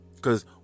Cause